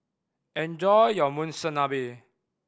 enjoy your Monsunabe